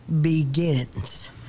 begins